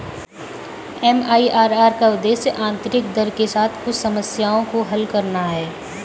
MIRR का उद्देश्य आंतरिक दर के साथ कुछ समस्याओं को हल करना है